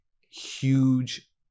huge